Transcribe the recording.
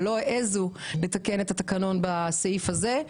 רק הן לא העזו לתקן את התקנון בסעיף הזה,